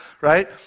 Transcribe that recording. right